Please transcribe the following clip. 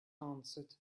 answered